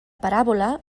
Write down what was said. paràbola